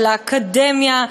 של האקדמיה,